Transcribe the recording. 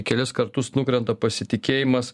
kelis kartus nukrenta pasitikėjimas